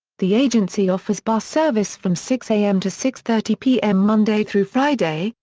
the agency offers bus service from six am to six thirty pm monday through friday,